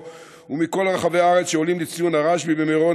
ומכל רחבי הארץ שעולים לציון רשב"י במירון,